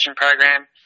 program